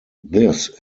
this